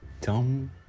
dumb